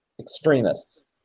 extremists